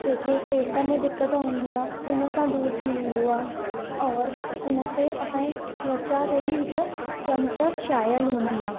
कंहिंखे पेट में दिक़त हूंदी आहे उन सां दूरि थी वेंदो आहे और इन ते असां ई त्वचा ते बि हिकु चमक छायल हूंदी आहे